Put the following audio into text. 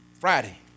Friday